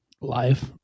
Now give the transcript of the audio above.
life